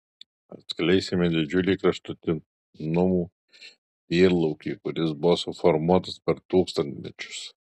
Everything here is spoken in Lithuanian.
atskleisime didžiulį kraštutinumų tyrlaukį kuris buvo suformuotas per tūkstantmečius